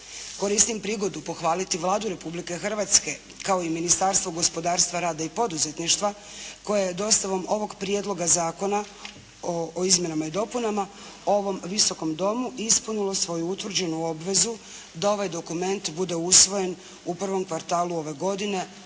Koristim prigodu pohvaliti Vladu Republike Hrvatske kao i Ministarstvo gospodarstva, rada i poduzetništva koje je dostavom ovom prijedloga zakona o izmjenama i dopunama ovom Visokom domu ispunilo svoju utvrđenu obvezu da ovaj dokument bude usvojen u prvom kvartalu ove godine